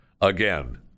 Again